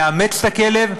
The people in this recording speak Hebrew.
לאמץ את הכלב,